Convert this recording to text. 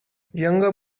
younger